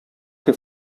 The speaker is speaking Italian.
che